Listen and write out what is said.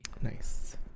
Nice